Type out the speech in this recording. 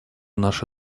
наши